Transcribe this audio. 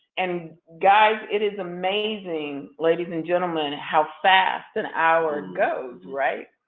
and guys it is amazing, ladies and gentlemen, how fast an hour goes, right?